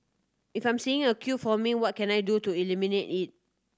if I'm seeing a queue forming what can I do to eliminate it